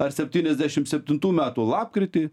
ar septyniasdešim septintų metų lapkritį